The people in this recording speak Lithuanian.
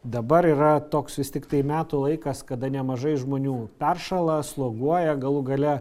dabar yra toks vis tiktai metų laikas kada nemažai žmonių peršąla sloguoja galų gale